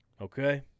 okay